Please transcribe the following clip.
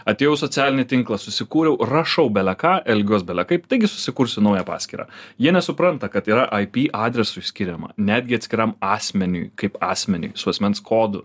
atėjau socialinį tinklą susikūriau rašau beleką elgiuos bele kaip taigi susikursiu naują paskyrą jie nesupranta kad yra ip adresu išskiriama netgi atskiram asmeniui kaip asmeniui su asmens kodu